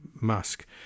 Musk